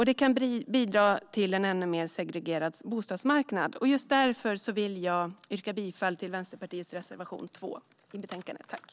Det kan bidra till en ännu mer segregerad bostadsmarknad. Därför vill jag yrka bifall till Vänsterpartiets reservation 2 i betänkandet.